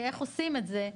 כדוגמה איך עושים את זה,